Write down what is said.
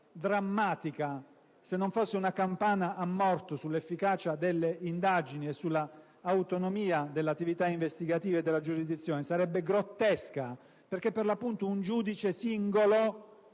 drammatica, se non fosse una campana a morto sull'efficacia delle indagini e sull'autonomia dell'attività investigativa e della giurisdizione, sarebbe grottesca. Infatti, un giudice singolo,